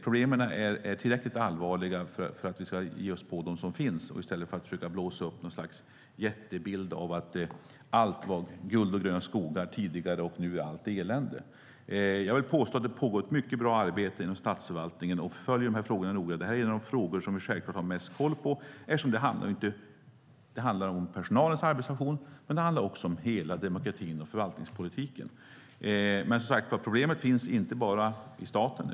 Problemen är tillräckligt allvarliga för att vi ska ge oss på dem som finns i stället för att försöka blåsa upp något slags jättebild av att allt var guld och gröna skogar tidigare och att allt nu är elände. Jag vill påstå att det pågår ett mycket bra arbete inom statsförvaltningen, och vi följer frågorna noga. Detta är en av de frågor som vi har mest koll på. Det handlar personalens arbetsfunktion men också om hela demokratin och förvaltningspolitiken. Problemet finns inte bara i staten.